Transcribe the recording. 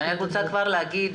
אני רוצה כבר להגיד,